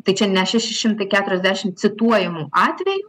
tai čia ne šeši šimtai keturiasdešim cituojamų atvejų